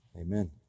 Amen